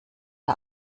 der